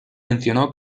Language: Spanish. mencionó